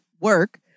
work